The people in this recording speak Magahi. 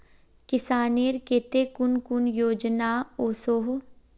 किसानेर केते कुन कुन योजना ओसोहो?